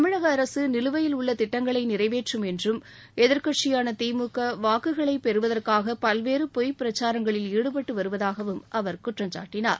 தமிழக அரசு நிலுவையில் உள்ள திட்டங்களை நிறைவேற்றும் என்றும் எதிர்க்கட்சியான திமுக வாக்குகளைப் பெறுவதற்காக பல்வேறு பொய் பிரச்சாரங்களில் ஈடுபட்டு வருவதாக அவர் குற்றம் சாட்டினார்